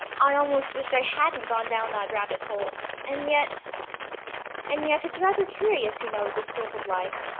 i almost wish i hadn't gone down that rabbit-hole and yet and yet it's rather curious, you know, this sort of life!